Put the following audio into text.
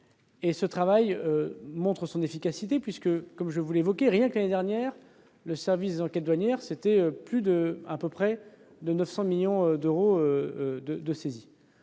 Ce travail montre son efficacité puisque, comme je l'ai évoqué, rien que l'année dernière, le service des enquêtes douanières a effectué à peu près 900 millions d'euros de saisies.